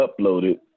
uploaded